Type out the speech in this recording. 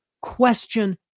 Question